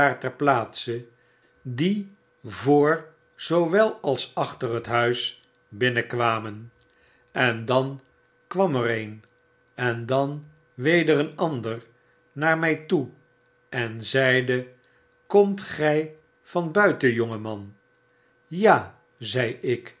ter plaatse die voor zoowel als achter het huisbinnenkwaraen en dan kwam er een en dan weder een ander naar my toe en zeide eomt gy van buiten jonge man ja zei ik